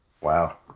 Wow